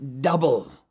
double